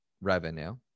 revenue